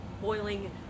boiling